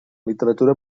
literatura